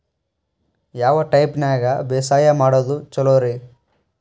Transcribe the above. ಯಾವ ಟೈಪ್ ನ್ಯಾಗ ಬ್ಯಾಸಾಯಾ ಮಾಡೊದ್ ಛಲೋರಿ?